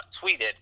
tweeted